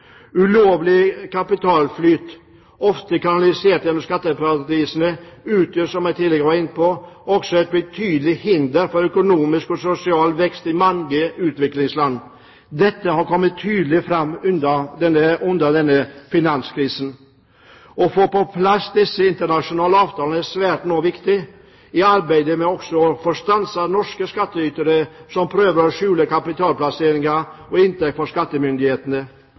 Ulovlig kapitalflyt, ofte kanalisert gjennom skatteparadiser, utgjør, som jeg tidligere var inne på, også et betydelig hinder for økonomisk og sosial vekst i mange utviklingsland. Dette har kommet tydeligere fram under finanskrisen. Å få på plass disse internasjonale avtalene er svært viktig i arbeidet med også å få stanset norske skattytere som prøver å skjule kapitalplasseringer og inntekter for skattemyndighetene.